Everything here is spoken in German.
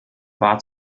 war